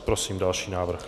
Prosím další návrh.